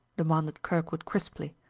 demanded kirkwood crisply,